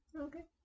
okay